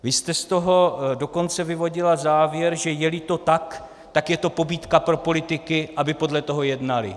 Vy jste z toho dokonce vyvodila závěr, že jeli to tak, pak je to pobídka pro politiky, aby podle toho jednali.